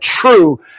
true